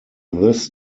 this